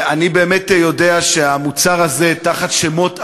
אני באמת יודע שהמוצר הזה, תחת שמות אחרים,